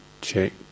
check